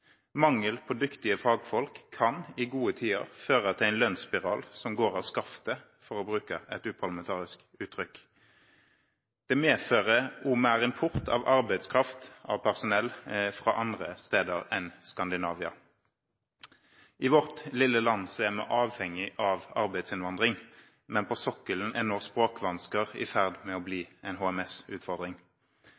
Mangel på dyktige fagfolk kan i gode tider føre til en lønnsspiral som går av skaftet, for å bruke et uparlamentarisk uttrykk. Det medfører også mer import av arbeidskraft, av personell, fra andre steder enn Skandinavia. I vårt lille land er vi avhengig av arbeidsinnvandring, men på sokkelen er nå språkvansker i ferd med å bli